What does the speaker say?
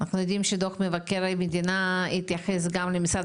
יודעים שדו"ח מבקר המדינה התייחס גם למשרד